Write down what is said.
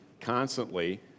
constantly